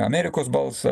amerikos balsą